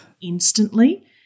instantly